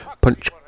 Punch